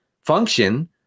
function